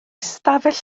ystafell